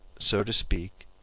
so to speak,